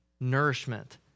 nourishment